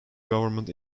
government